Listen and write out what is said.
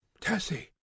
Tessie